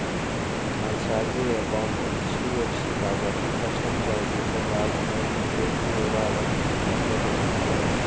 నా salary account HDFC కాబట్టి customer ఐడీతో లాగిన్ అయ్యి క్రెడిట్ వివరాలను సులభంగా తెల్సుకుంటాను